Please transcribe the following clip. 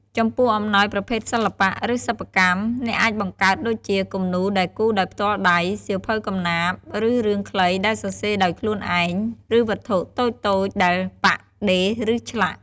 ចំពោះអំណោយប្រភេទសិល្បៈ ឬសិប្បកម្ម អ្នកអាចបង្កើតដូចជា គំនូរដែលគូរដោយផ្ទាល់ដៃ សៀវភៅកំណាព្យ ឬរឿងខ្លីដែលសរសេរដោយខ្លួនឯង ឬវត្ថុតូចៗដែលប៉ាក់ ដេរ ឬឆ្លាក់។